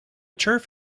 turf